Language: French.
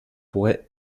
pourrait